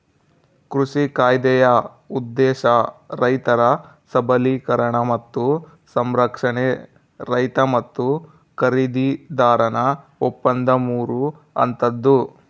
ಕೃಷಿ ಕಾಯ್ದೆಯ ಉದ್ದೇಶ ರೈತರ ಸಬಲೀಕರಣ ಮತ್ತು ಸಂರಕ್ಷಣೆ ರೈತ ಮತ್ತು ಖರೀದಿದಾರನ ಒಪ್ಪಂದ ಮೂರು ಹಂತದ್ದು